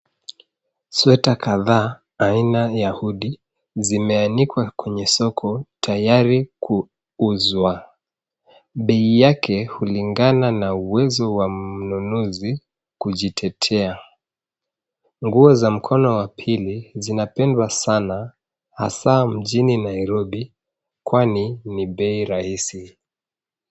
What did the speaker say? Sweta kadhaa aina ya hudi, zimeanikwa kwenye soko, tayari kuuzwa. Bei yake hulingana na uwezo wa mnunuzi kujitetea. Nguo za mkono wa pili, zinapendwa sana hasa mjini Nairobi, kwani ni bei rahisi.